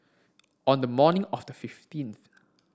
on the morning of the fifteenth